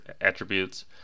attributes